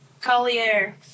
Collier